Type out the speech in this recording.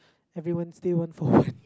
everyone steal one for one